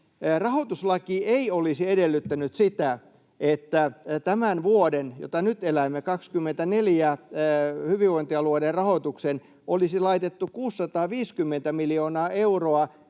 Rahoituslaki ei olisi edellyttänyt sitä, että tämän vuoden 24, jota nyt elämme, hyvinvointialueiden rahoitukseen olisi laitettu 650 miljoonaa euroa